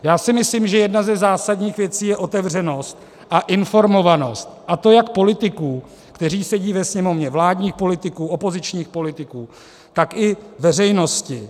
Já si myslím, že jedna ze zásadních věcí je otevřenost a informovanost, a to jak politiků, kteří sedí ve Sněmovně, vládních politiků, opozičních politiků, tak i veřejnosti.